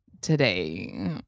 today